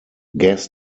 gas